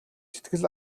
сэтгэл